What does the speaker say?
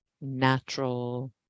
natural